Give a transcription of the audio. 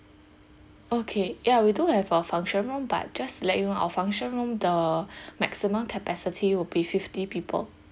okay ya we do have a function room but just let you know our function room the maximum capacity will be fifty people